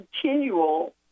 continual